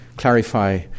Clarify